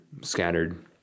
scattered